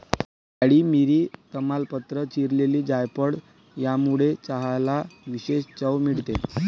काळी मिरी, तमालपत्र, चिरलेली जायफळ यामुळे चहाला विशेष चव मिळते